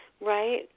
right